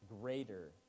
greater